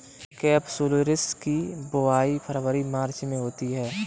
capsularis की बुवाई फरवरी मार्च में होती है